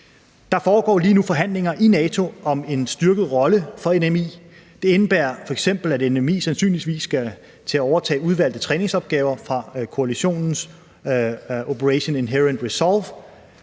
Der foregår lige nu forhandlinger i NATO om en styrket rolle for NMI, og det indebærer f.eks., at NMI sandsynligvis skal til at overtage udvalgte træningsopgaver fra koalitionens »Operation Inherent Resolve«,